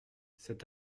cet